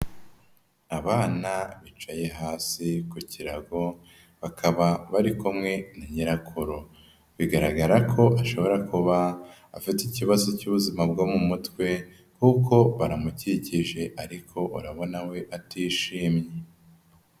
Abana bicaye hasi ku kirago, bakaba bari kumwe na nyirakuru. Bigaragara ko ashobora kuba afite ikibazo cy'ubuzima bwo mu mutwe kuko baramukikije ariko urabona we atishimye.